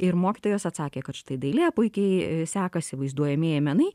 ir mokytojos atsakė kad štai dailė puikiai sekasi vaizduojamieji menai